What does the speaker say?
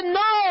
no